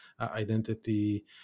identity